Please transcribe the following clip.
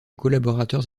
collaborateurs